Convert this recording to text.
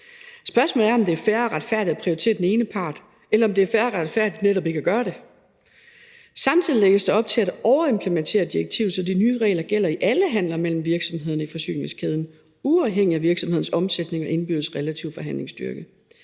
Spørgsmålet er, om det er fair og retfærdigt at prioritere den ene part, eller om det er fair og retfærdigt netop ikke at gøre det. Samtidig lægges der op til at overimplementere direktivet, så de nye regler gælder i alle handler mellem virksomhederne i forsyningskæden uafhængigt af virksomhedens omsætning og indbyrdes relative forhandlingsstyrke,